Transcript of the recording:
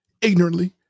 Ignorantly